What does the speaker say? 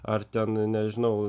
ar ten nežinau